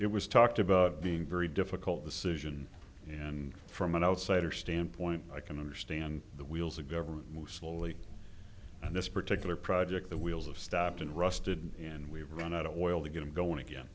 it was talked about being very difficult decision and from an outsider standpoint i can understand the wheels of government moves slowly and this particular project the wheels of stopped and rusted and we run out of oil to get him going again